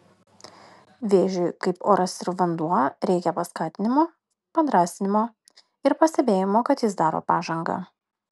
vėžiui kaip oras ir vanduo reikia paskatinimo padrąsinimo ir pastebėjimo kad jis daro pažangą